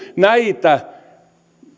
näitä